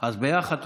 תוסיף.